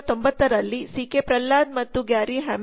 1990ರಲ್ಲಿ ಸಿಕೆಪ್ರಹಲಾದ್ಮತ್ತು Gary Hamel C